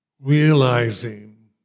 realizing